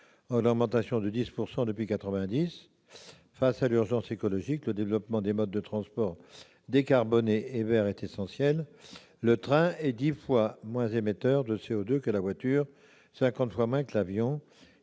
augmentation de 10 % depuis 1990. Face à l'urgence écologique, le développement de modes de transport décarbonatés et verts est essentiel. Le train est dix fois moins émetteur de CO2 que la voiture, cinquante fois moins que l'avion.